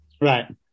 Right